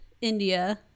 India